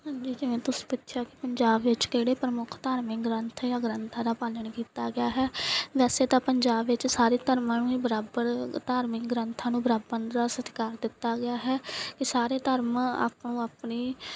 ਹਾਂਜੀ ਜਿਵੇਂ ਤੁਸੀਂ ਪੁੱਛਿਆ ਕਿ ਪੰਜਾਬ ਵਿੱਚ ਕਿਹੜੇ ਪ੍ਰਮੁੱਖ ਧਾਰਮਿਕ ਗ੍ਰੰਥ ਜਾਂ ਗ੍ਰੰਥਾਂ ਦਾ ਪਾਲਣ ਕੀਤਾ ਗਿਆ ਹੈ ਵੈਸੇ ਤਾਂ ਪੰਜਾਬ ਵਿੱਚ ਸਾਰੇ ਧਰਮਾਂ ਨੂੰ ਹੀ ਬਰਾਬਰ ਧਾਰਮਿਕ ਗ੍ਰੰਥਾਂ ਨੂੰ ਬਰਾਬਰ ਦਾ ਸਤਿਕਾਰ ਦਿੱਤਾ ਗਿਆ ਹੈ ਕਿ ਸਾਰੇ ਧਰਮ ਆਪੋ ਆਪਣੇ